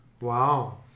Wow